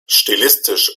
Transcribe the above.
stilistisch